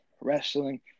wrestling